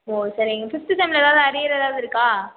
ஒ சரிங்க ஃபிஃப்த்து செம்மில் எதாவது அரியர் எதாவது இருக்கா